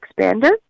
expander